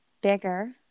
bigger